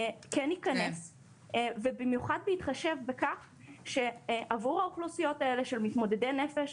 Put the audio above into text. כן יכנס ובמיוחד בהתחשב בכך שעבור האוכלוסיות האלה של מתמודדי נפש,